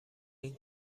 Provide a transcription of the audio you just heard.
این